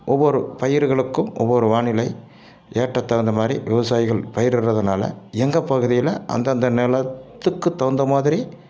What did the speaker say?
ஒவ்வொரு பயிர்களுக்கும் ஒவ்வொரு வானிலை ஏற்ற தகுந்த மாதிரி விவசாயிகள் பயிரிடுறதுனால எங்கள் பகுதியில் அந்தந்த நிலத்துக்கு தகுந்த மாதிரி